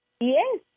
Yes